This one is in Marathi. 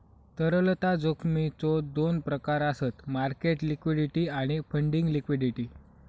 तरलता जोखमीचो दोन प्रकार आसत मार्केट लिक्विडिटी आणि फंडिंग लिक्विडिटी